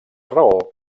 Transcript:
raó